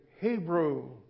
Hebrew